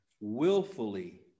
Willfully